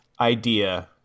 idea